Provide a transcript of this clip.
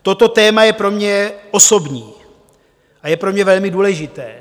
Toto téma je pro mě osobní a je pro mě velmi důležité.